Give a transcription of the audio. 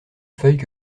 feuille